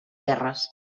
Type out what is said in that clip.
guerres